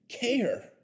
care